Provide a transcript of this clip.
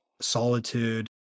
solitude